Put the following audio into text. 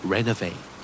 Renovate